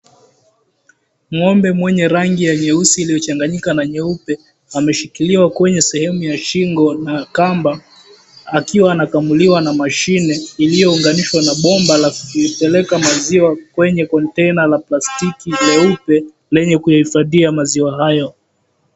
Ng'ombe mwenye rangi ya nyeusi iliyochanganyika na nyeupe ameshikiliwa kwenye sehemu ya shingo na kamba, akiwa anakamuliwa na mashine iliyounganishwa na bomba la kuipeleka maziwa kwenye kontena la plastiki leupe lenye kuhifadhia maziwa hayo.